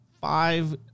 five